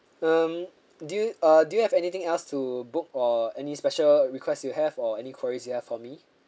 um do you uh do you have anything else to book or any special requests you have or any queries you have for me